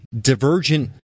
divergent